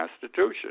Constitution